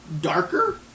darker